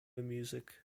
music